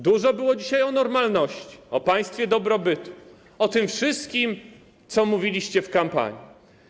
Dużo było dzisiaj o normalności, o państwie dobrobytu, o tym wszystkim, co mówiliście w kampanii.